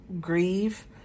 grieve